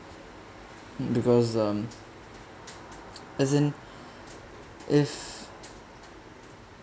because um as in if